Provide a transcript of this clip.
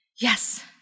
Yes